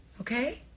okay